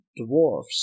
Dwarves